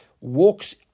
walks